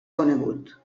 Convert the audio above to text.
conegut